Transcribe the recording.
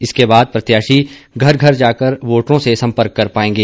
इसके बाद प्रत्याशी घर घर जाकर वोटरों से संपर्क कर पाएंगे